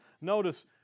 Notice